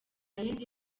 yindi